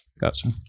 Gotcha